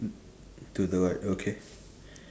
to the right okay